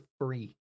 free